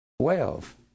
Twelve